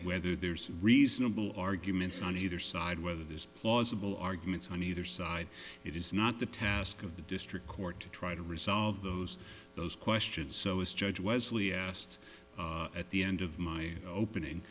whether there's reasonable arguments on either side whether there's plausible arguments on either side it is not the task of the district court to try to resolve those those questions so as judge leslie asked at the end of my opening